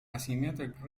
asymmetrical